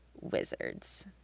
Wizards